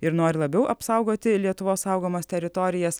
ir nori labiau apsaugoti lietuvos saugomas teritorijas